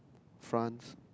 France